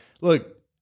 look